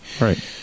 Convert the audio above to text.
right